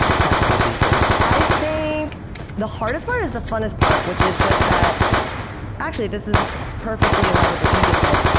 comfortable t-shirt. i think the hardest part is the funniest part, which is just that actually, this is perfectly aligned with what you just said.